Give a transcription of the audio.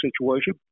situation